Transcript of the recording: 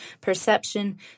perception